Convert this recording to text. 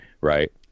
Right